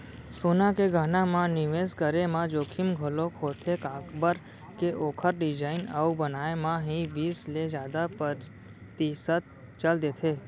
सोना के गहना म निवेस करे म जोखिम घलोक होथे काबर के ओखर डिजाइन अउ बनाए म ही बीस ले जादा परतिसत चल देथे